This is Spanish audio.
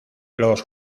los